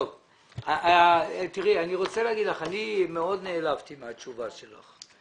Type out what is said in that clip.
אני רוצה לומר לך שאני מאוד נעלבתי מהתשובה שלך.